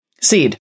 seed